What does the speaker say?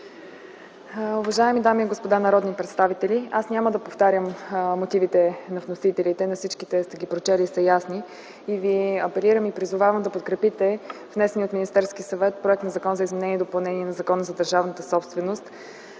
Уважаеми дами и господа народни представители, аз няма да повтарям мотивите на вносителите. Всички, които са ги прочели, са им ясни. Апелирам и призовавам да подкрепите внесения от Министерския съвет Законопроект за изменение и допълнение на Закона за държавната собственост,